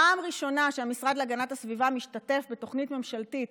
פעם ראשונה שהמשרד להגנת הסביבה משתתף בתוכנית ממשלתית